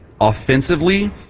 offensively